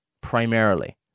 primarily